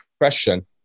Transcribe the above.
question